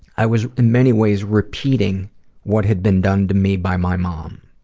i was in many ways repeating what had been done to me by my mom.